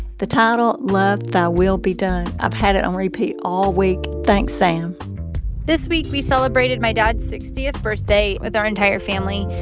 the title love. thy will be done. i've had it on repeat all week. thanks, sam this week, we celebrated my dad's sixtieth birthday with our entire family.